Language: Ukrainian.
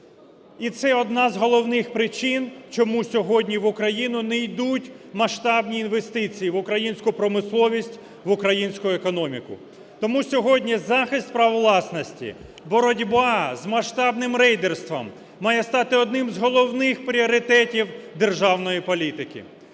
І це одна з головних причин, чому сьогодні в Україну не йдуть масштабні інвестиції, в українську промисловість, в українську економіку. Тому сьогодні захист прав власності, боротьба з масштабним рейдерством має стати одним з головних пріоритетів державної політики.